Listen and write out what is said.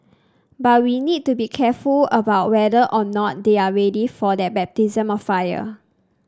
but we need to be careful about whether or not they are ready for that baptism of fire